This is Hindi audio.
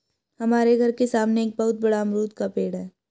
हमारे घर के सामने एक बहुत बड़ा अमरूद का पेड़ है